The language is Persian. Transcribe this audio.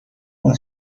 اون